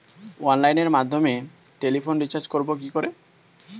অনলাইনের মাধ্যমে টেলিফোনে রিচার্জ করব কি করে?